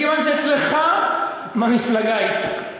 מכיוון שאצלך במפלגה, איציק,